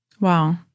Wow